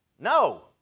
No